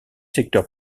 secteur